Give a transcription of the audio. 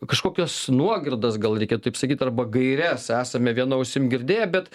kažkokias nuogirdas gal reikia taip sakyt arba gaires esame viena ausim girdėję bet